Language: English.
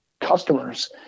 customers